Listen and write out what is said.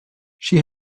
she